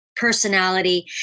personality